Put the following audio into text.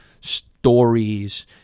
stories